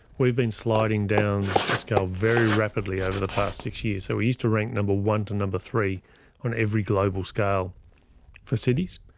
we've been sliding down the scale very rapidly over the past six years. so we used to rank number one to number three on every global scale for cities,